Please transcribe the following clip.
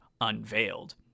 unveiled